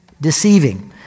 deceiving